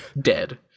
dead